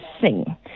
sing